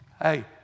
Hey